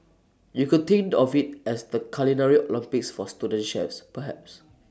you could think of IT as the culinary Olympics for student chefs perhaps